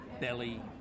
belly